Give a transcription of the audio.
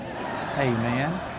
Amen